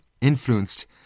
influenced